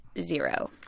zero